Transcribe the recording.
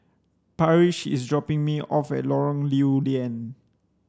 Parrish is dropping me off at Lorong Lew Lian